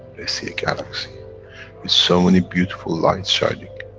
they see a galaxy, with so many beautiful lights shining.